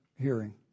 hearing